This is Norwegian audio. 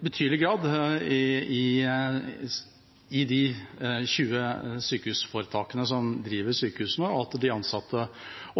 betydelig grad i de 20 sykehusforetakene som driver sykehusene, og at de ansatte